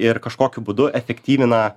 ir kažkokiu būdu efektyvina